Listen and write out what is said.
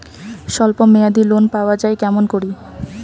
স্বল্প মেয়াদি লোন পাওয়া যায় কেমন করি?